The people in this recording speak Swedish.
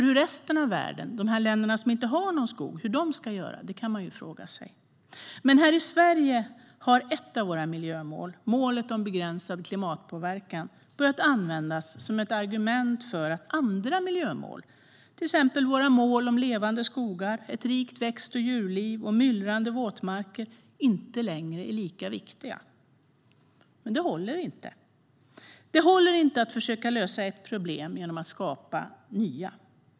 Hur resten av världen, de länder som inte har någon skog, ska göra kan man fråga sig. Men här i Sverige har ett av våra miljömål, målet Begränsad klimatpåverkan, börjat användas som ett argument för att andra miljömål, till exempel våra mål Levande skogar, Ett rikt växt och djurliv och Myllrande våtmarker inte längre är lika viktiga. Men det håller inte. Det håller inte att försöka lösa ett problem genom att skapa nya.